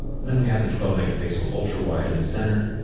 then we have the twelve megapixel ultrawide in the center.